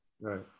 right